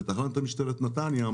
והקצין בתחנת משטרת נתניה,